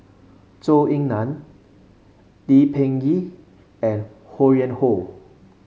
Zhou Ying Nan Lee Peh Gee and Ho Yuen Hoe